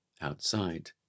Outside